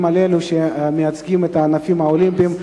על אלו שמייצגים את הענפים האולימפיים.